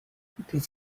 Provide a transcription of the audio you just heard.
this